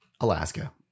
Alaska